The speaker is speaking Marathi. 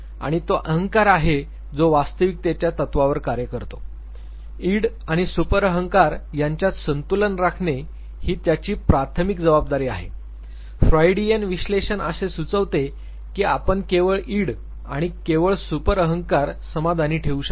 आणि तो अहंकार आहे जो वास्तविकतेच्या तत्त्वावर कार्य करतो इड आणि सुपर अहंकार यांच्यात संतुलन राखने ही ज्याची प्राथमिक जबाबदारी आहे फ्रायडियन विश्लेषण असे सुचविते की आपण केवळ इड किंवा केवळ सुपर अहंकार समाधानी ठेवू शकत नाही